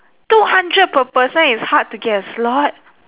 two hundred per person is hard to get a slot